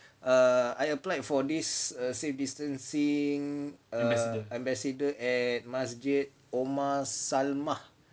err I applied for this err safe distancing err ambassador at masjid omar salmah